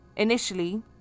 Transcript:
Initially